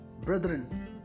brethren